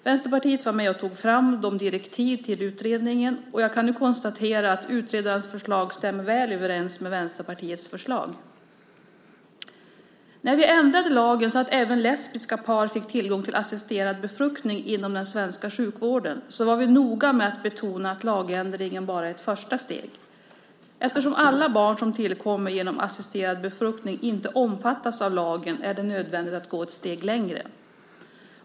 Vänsterpartiet var med och tog fram direktiv till utredningen, och jag kan nu konstatera att utredarens förslag stämmer väl överens med Vänsterpartiets förslag. När vi ändrade lagen så att även lesbiska par fick tillgång till assisterad befruktning inom den svenska sjukvården var vi noga med att betona att lagändringen var ett första steg. Eftersom alla barn som tillkommer genom assisterad befruktning inte omfattas av lagen är det nödvändigt att gå ett steg längre.